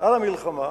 על המלחמה